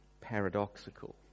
paradoxical